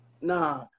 Nah